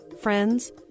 friends